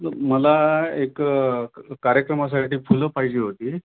मला एक कार्यक्रमासाठी फुलं पाहिजे होती